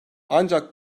ancak